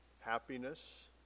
happiness